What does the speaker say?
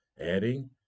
adding